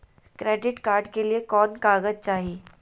Credit card के लिए कौन कागज चाही?